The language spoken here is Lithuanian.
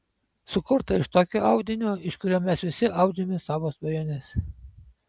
sukurta iš tokio audinio iš kurio mes visi audžiame savo svajones